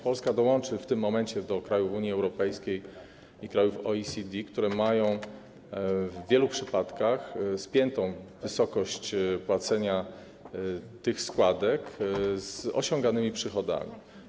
Polska dołączy w tym momencie do krajów Unii Europejskiej i krajów OECD, które mają w wielu przypadkach spiętą wysokość płaconych składek z osiąganymi przychodami.